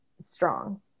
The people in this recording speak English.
strong